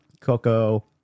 coco